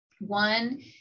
one